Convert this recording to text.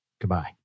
goodbye